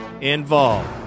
involved